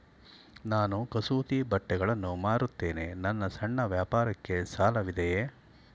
ನಾನು ಕಸೂತಿ ಬಟ್ಟೆಗಳನ್ನು ಮಾರುತ್ತೇನೆ ನನ್ನ ಸಣ್ಣ ವ್ಯಾಪಾರಕ್ಕೆ ಸಾಲವಿದೆಯೇ?